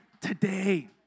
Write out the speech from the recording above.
today